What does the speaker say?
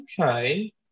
okay